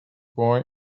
boy